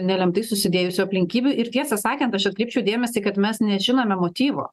nelemtai susidėjusių aplinkybių ir tiesą sakant aš atkreipčiau dėmesį kad mes nežinome motyvo